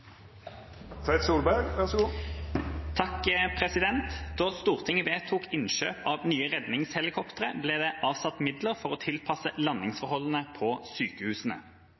Stortinget vedtok innkjøp av nye redningshelikoptre ble det satt av midler for å tilpasse landingsforhold på